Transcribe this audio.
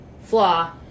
flaw